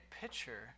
picture